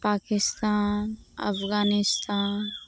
Pakistan Afghanistan